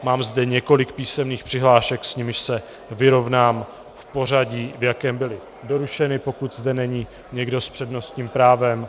Mám zde několik písemných přihlášek, s nimiž se vyrovnám v pořadí, v jakém byly doručeny, pokud zde není někdo s přednostním právem.